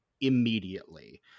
immediately